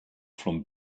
from